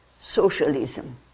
socialism